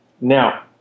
Now